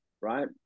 right